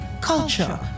culture